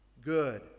good